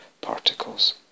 particles